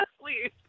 please